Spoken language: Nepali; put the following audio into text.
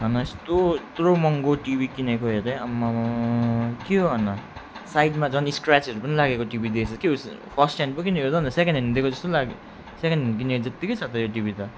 झन् यस्तो यत्रो महँगो टिभी किनेको हेर त आम्मामामामा के हो हन साइडमा झन् स्क्र्याचहरू पनि लागेको टिभी दिएछ के हो यस्तो फर्स्ट ह्यान्ड पो किनेको हो त अन्त सेकेन्ड ह्यान्ड दिएको जस्तो नि लाग्यो सेकेन्ड ह्यान्ड किनेको जत्तिकै छ त यो टिभी त